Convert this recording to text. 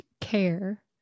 care